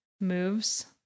moves